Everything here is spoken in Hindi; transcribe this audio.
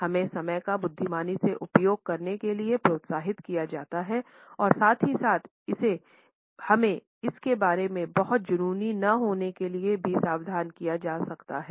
हमें समय का बुद्धिमानी से उपयोग करने के लिए प्रोत्साहित किया जाता है और साथ ही साथ हमे इसके बारे में बहुत जुनूनी न होने के लिए भी सावधान किया जा सकता है